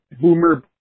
boomer